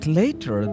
later